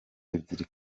ebyiri